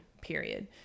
period